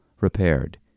repaired